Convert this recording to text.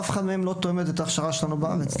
ואף אחת מהן לא תואמת את ההכשרה שלנו בארץ.